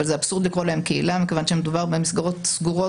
אבל זה אבסורד לקרוא להם קהילה מכיוון שמדובר במסגרות סגורות,